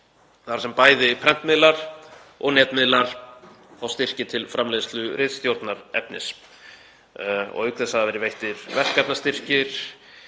þar sem bæði prentmiðlar og netmiðlar fá styrki til framleiðslu ritstjórnarefnis. Auk þess hafa verið veittir verkefnastyrkir